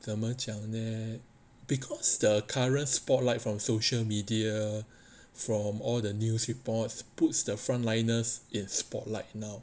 怎么讲那 because the current spotlight from social media from all the news reports puts the front liners in spotlight now